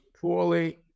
poorly